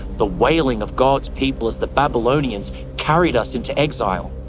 the wailing of god's people as the babylonians carried us into exile,